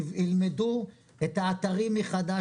ילמדו את האתרים מחדש,